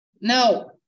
Now